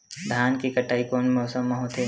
धान के कटाई कोन मौसम मा होथे?